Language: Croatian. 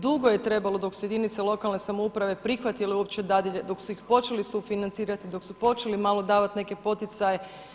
Dugo je trebalo dok su jedinice lokalne samouprave prihvatile uopće dadilje, dok su ih počeli sufinancirati, dok su počeli malo davati neke poticaje.